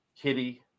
Kitty